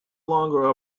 longer